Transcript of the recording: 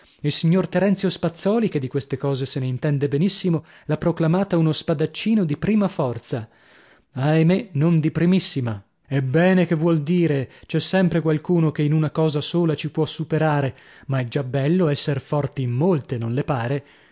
il signor terenzio spazzòli che di queste cose se ne intende benissimo l'ha proclamato uno spadaccino di prima forza ahimè non di primissima ebbene che vuol dire c'è sempre qualcuno che in una cosa sola ci può superare ma è già bello esser forti in molte non le pare